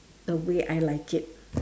the way I like it